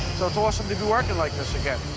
so it's awesome to be working like this again.